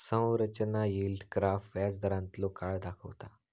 संरचना yield graph व्याजदारांतलो काळ दाखवता